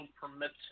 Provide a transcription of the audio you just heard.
permits